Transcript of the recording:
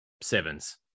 sevens